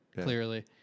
clearly